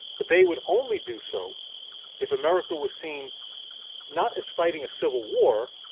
but they would only do so if america was seen not as fighting a civil war,